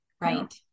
Right